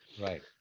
Right